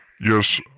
Yes